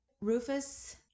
Rufus